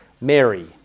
Mary